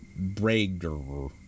Brager